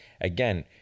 Again